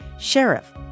Sheriff